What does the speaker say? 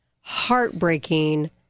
heartbreaking